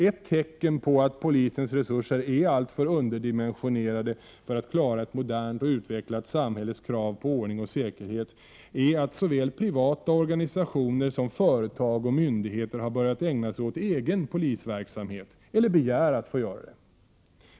Ett tecken på att polisens resurser är alltför underdimensionerade för att klara ett modernt och utvecklat samhälles krav på ordning och säkerhet är att såväl privata organisationer som företag och myndigheter har börjat ägna sig åt egen polisverksamhet eller begär att få göra det.